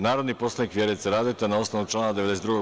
Narodni poslanik Vjerica Radeta, na osnovu člana 92.